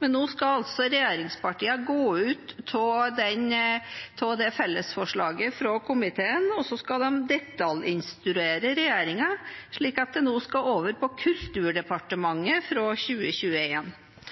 men nå skal altså regjeringspartiene gå ut av fellesforslaget fra komiteen, og så skal de detaljinstruere regjeringen, slik at det nå skal over på